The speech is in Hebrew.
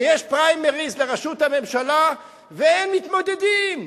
שיש פריימריס לראשות הממשלה ואין מתמודדים.